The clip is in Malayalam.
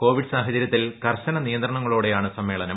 കോവിഡ് സാഹചര്യത്തിൽ കർശന നിയന്ത്രണങ്ങളോടെയാണ് സമ്മേളനം